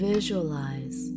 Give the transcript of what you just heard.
Visualize